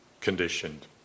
conditioned